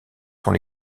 sont